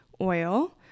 oil